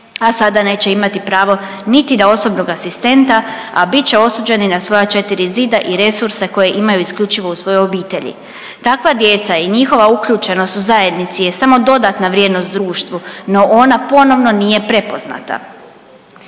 a sada neće imati pravo niti na osobnog asistenta, a bit će osuđeni na svoja 4 zida i resurse koje imaju isključivo u svojoj obitelji. Takva djeca i njihova uključenost u zajednici je samo dodatna vrijednost društvu, no ona ponovno nije prepoznata.